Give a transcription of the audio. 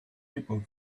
people